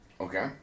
Okay